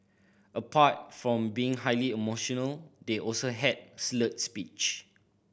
apart from being highly emotional they also had slurred speech